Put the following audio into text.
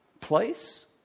Place